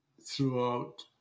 throughout